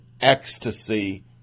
ecstasy